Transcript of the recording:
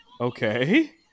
Okay